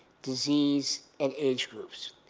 disease, and age groups.